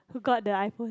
who got the iPhone